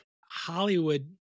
hollywood